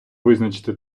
визначити